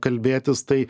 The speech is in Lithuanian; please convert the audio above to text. kalbėtis tai